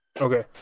okay